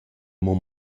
amo